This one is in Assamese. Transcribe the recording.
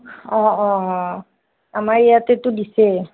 অঁ অঁ আমাৰ ইয়াতেটো দিছেই